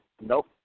Nope